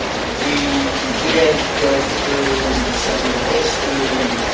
we did go through some of the history